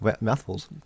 Mouthfuls